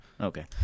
Okay